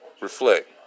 Reflect